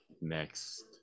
Next